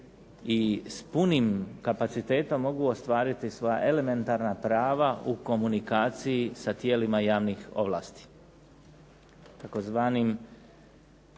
i s punim kapacitetom mogu ostvariti svoja elementarna prava u komunikaciji sa tijelima javnih ovlasti, tzv.